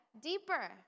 deeper